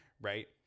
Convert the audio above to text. right